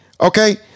Okay